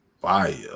Fire